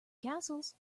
castles